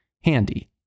handy